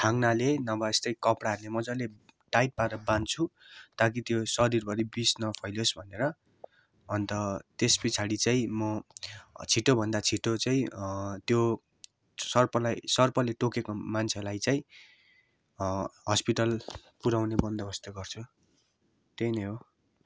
थाङ्नाले नभए यस्तै कपडाहरूले मजाले टाइट पारेर बाँध्छु ताकि त्यो शरिरभरि त्यो विष नफैलियोस् भनेर अन्त त्यस पछाडि चाहिँ म छिटोभन्दा छिटो चाहिँ त्यो सर्पलाई सर्पले टोकेको म मान्छेलाई चाहिँ हस्पिटल पुऱ्याउने बन्दोबस्त गर्छु त्यही नै हो